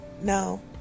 no